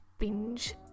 binge